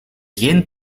geen